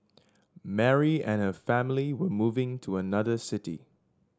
Mary and her family were moving to another city